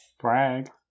Brag